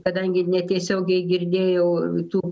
kadangi netiesiogiai girdėjau tų